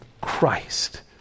Christ